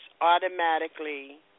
automatically